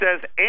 says